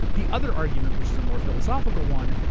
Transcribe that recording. the other argument, which is a more philosophical one,